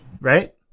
right